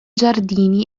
giardini